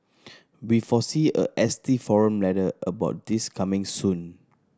we foresee a S T forum letter about this coming soon